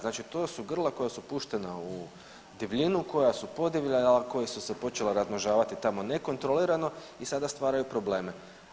Znači to su grla koja su puštena u divljinu, koja su podivljala, koji su se počela razmnožavati tamo nekontrolirano i sada stvaraju probleme.